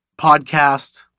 podcast